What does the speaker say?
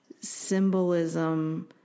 symbolism